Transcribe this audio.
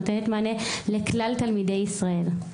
שנותנת מענה לכלל תלמידי ישראל.